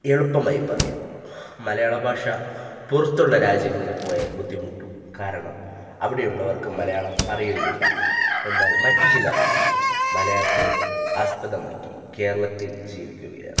എളുപ്പമായി പറയുന്നു മലയാള ഭാഷ പുറത്തുള്ള രാജ്യങ്ങളിൽ പോയാൽ ബുദ്ധിമുട്ടും കാരണം അവിടെയുള്ളവർക്ക് മലയാളം അറിയുകയില്ല എന്നാൽ മറ്റു ചിലർ മലയാത്തെ ആസ്പദമാക്കി കേരളത്തിൽ ജീവിക്കുകയാണ്